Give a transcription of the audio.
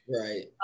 right